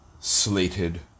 Slated